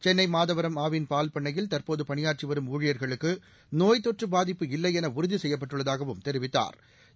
சென்னை மாதவரம் ஆவின் பால் பண்ணையில் தற்போது பணியாற்றிவரும் ஊழியர்களுக்கு நோய்த்தொற்று பாதிப்பு இல்லை என உறுதி செய்யப்பட்டுள்ளதாகவும் தெரிவித்தாா்